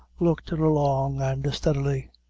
looked at her long and steadily.